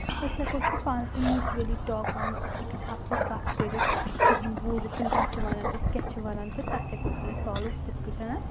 أسۍ ہؠکو سُہ پانہٕ سۄ میوٗچؤلی ٹاک پانہٕ أکِس اَکھ سۭتۍ کَتھ کٔرِتھ تِہُنٛد بوٗزِتھ تِم کیاہ چھِ وَنان أسۍ کیاہ چھِ وَنان تہٕ تَتھ ہؠکو سُہ أسۍ سالو تِتھ کٲٹھؠنَس